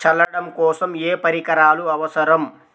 చల్లడం కోసం ఏ పరికరాలు అవసరం?